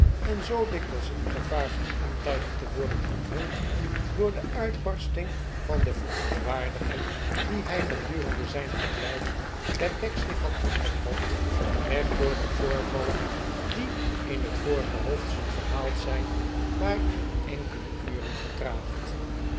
en zoo dikwijls in gevaar van ontijdig te worden onthuld door de uitbarsting van de verontwaardiging die hij gedurende zijn verblijf bij pecksniff had opgekropt werd door de voorvallen die in het vorige hoofdstuk verhaald zijn maar enkele uren vertraagd